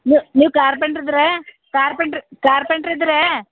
ನೀವು ನೀವು ಕಾರ್ಪೆಂಟ್ರ್ ಇದ್ದರೇ ಕಾರ್ಪೆಂಟ್ರ್ ಕಾರ್ಪೆಂಟ್ರ್ ಇದ್ದರೇ